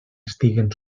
estiguen